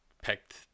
picked